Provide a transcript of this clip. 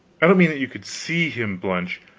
i don't mean that you could see him blench,